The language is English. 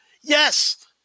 Yes